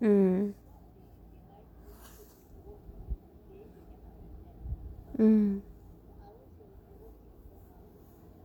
mm mm